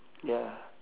ya